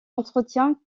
entretiens